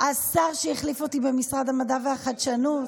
השר שהחליף אותי במשרד המדע והחדשנות.